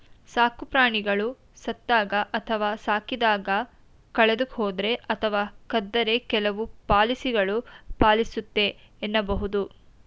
ಸಾಕುಪ್ರಾಣಿಗಳು ಸತ್ತಾಗ ಅಥವಾ ಸಾಕಿದಾಗ ಕಳೆದುಹೋದ್ರೆ ಅಥವಾ ಕದ್ದರೆ ಕೆಲವು ಪಾಲಿಸಿಗಳು ಪಾಲಿಸುತ್ತೆ ಎನ್ನಬಹುದು